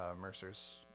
Mercer's